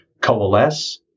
Coalesce